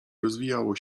rozwijało